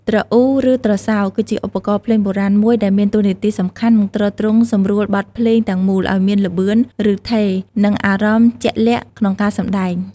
ទ្រអ៊ូ ឬ ទ្រសោ គឺជាឧបករណ៍ភ្លេងបុរាណមួយដែលមានតួនាទីសំខាន់ និងទ្រទ្រង់សម្រួលបទភ្លេងទាំងមូល ឲ្យមានល្បឿន ឬឋេរ និងអារម្មណ៍ជាក់លាក់ក្នុងការសម្តែង។